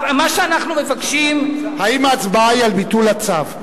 מה שאנחנו מבקשים, האם ההצבעה היא על ביטול הצו?